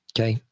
Okay